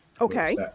Okay